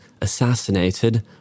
assassinated